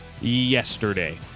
yesterday